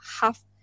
half